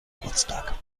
geburtstag